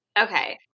okay